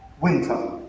winter